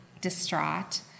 distraught